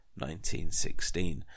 1916